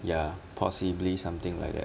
ya possibly something like that